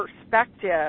perspective